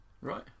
right